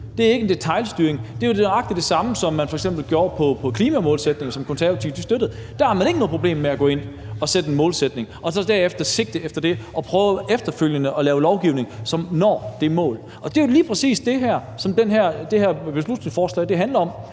Det er ikke detailstyring. Det er jo nøjagtig det samme, som man f.eks. gjorde med klimamålsætningen, som Konservative støttede. Der havde man ikke noget problem med at gå ind og sætte en målsætning og derefter sigte efter det og efterfølgende prøve at lave lovgivning, som sikrer, at man når det mål. Det er jo lige præcis det, det her beslutningsforslag handler om,